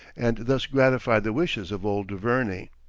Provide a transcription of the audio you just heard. and thus gratified the wishes of old duverney.